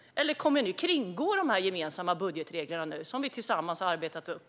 Eller kommer ni att kringgå de gemensamma budgetreglerna i riksdagen, som vi tillsammans har arbetat fram?